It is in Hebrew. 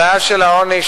הבעיה של העוני,